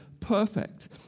perfect